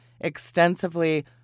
extensively